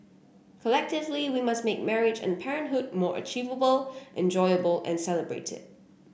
collectively we must make marriage and parenthood more achievable enjoyable and celebrated